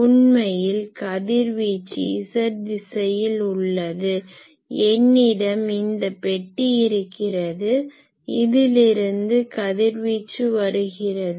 உண்மையில் கதிர்வீச்சு z திசையில் உள்ளது என்னிடம் இந்த பெட்டி இருக்கிறது இதிலிருந்து கதிர்வீச்சு வருகிறது